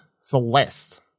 Celeste